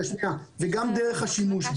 וגם דרך השימוש בו.